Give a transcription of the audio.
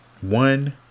one